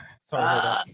Sorry